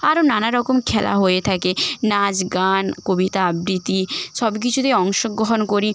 আরো নানা রকম খেলা হয়ে থাকে নাচ গান কবিতা আবৃতি সব কিছুতেই অংশগ্রহণ করি